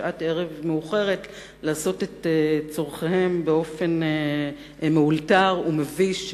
שעת ערב מאוחרת לעשות את צורכיהם באופן מאולתר ומביש,